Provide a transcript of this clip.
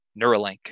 Neuralink